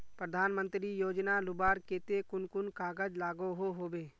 प्रधानमंत्री योजना लुबार केते कुन कुन कागज लागोहो होबे?